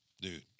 Dude